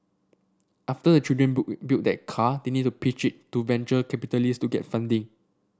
after the children build their car they need to pitch it to venture capitalists to get funding